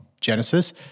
Genesis